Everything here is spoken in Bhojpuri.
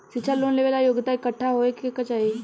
शिक्षा लोन लेवेला योग्यता कट्ठा होए के चाहीं?